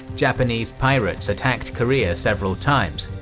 japanese pirates attacked korea several times,